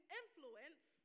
influence